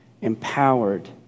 empowered